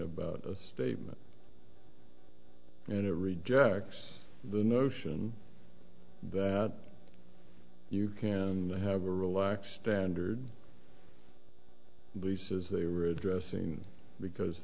about a statement and it rejects the notion that you can have a relaxed standard b says they were addressing because